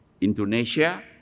Indonesia